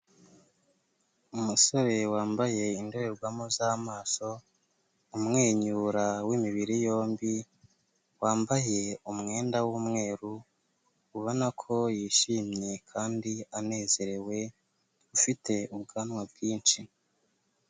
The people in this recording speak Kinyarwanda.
Umusore wambaye indorerwamo z'amaso, umwenyura w'imibiri yombi wambaye umwenda w'umweru, ubona ko yishimye kandi anezerewe, ufite ubwanwa bwinshi.